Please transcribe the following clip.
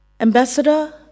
Ambassador